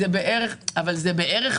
זה בערך האירוע.